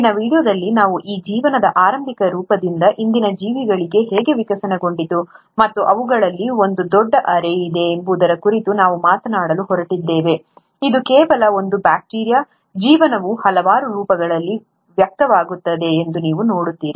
ಇಂದಿನ ವೀಡಿಯೋದಲ್ಲಿ ನಾವು ಈ ಜೀವನದ ಆರಂಭಿಕ ರೂಪದಿಂದ ಇಂದಿನ ಜೀವಿಗಳಿಗೆ ಹೇಗೆ ವಿಕಸನಗೊಂಡಿತು ಮತ್ತು ಅವುಗಳಲ್ಲಿ ಒಂದು ದೊಡ್ಡ ಅರೇ ಇದೆ ಎಂಬುದರ ಕುರಿತು ನಾವು ಮಾತನಾಡಲು ಹೊರಟಿದ್ದೇವೆ ಇದು ಕೇವಲ ಒಂದು ಬ್ಯಾಕ್ಟೀರಿಯಾವಲ್ಲ ಜೀವನವು ಹಲವಾರು ರೂಪಗಳಲ್ಲಿ ವ್ಯಕ್ತವಾಗುತ್ತದೆ ಎಂದು ನೀವು ನೋಡುತ್ತೀರಿ